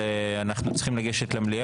אדוני, אנחנו בארבע במליאה?